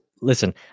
Listen